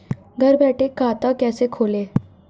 घर बैठे खाता कैसे खोलें?